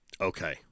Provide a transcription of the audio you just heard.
Okay